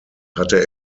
hatte